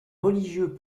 religieux